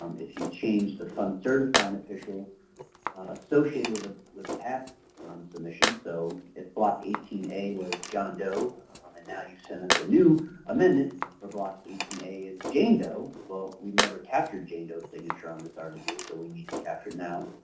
um if you change the fund certifying official associated with a with a past submission so if block eighteen a was john doe um and now you send us a new amendment where block eighteen a is jane doe well we've never captured jane doe's signature on this kind of rwa, so we need to capture it now.